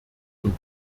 und